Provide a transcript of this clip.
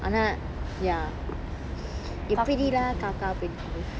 ஆனா:aana ya எப்படி:eppadi lah காக்கா பிடிக்கிறது:kakka pidikkirathu